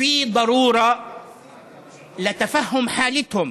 צריך להבין את מצבם